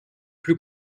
plus